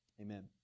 amen